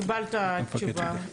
קיבלת תשובה.